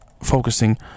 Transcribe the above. focusing